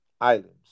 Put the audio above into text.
items